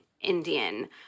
Indian